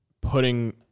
putting